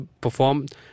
performed